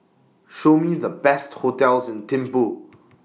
Show Me The Best hotels in Thimphu